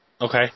Okay